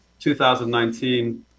2019